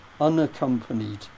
unaccompanied